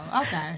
Okay